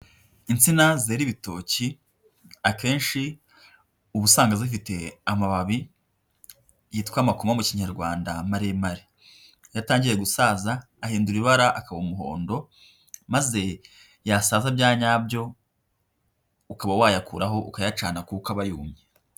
Insina zera ibitoki, akenshi ubu usanga zifite amababi yitwa amakoma mu kinyarwanda maremare, iyo atangiye gusaza ahindura ibara akaba umuhondo maze yasaza byanyabyo ukaba wayakuraho ukayacana kuko aba yumye.